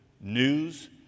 news